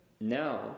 now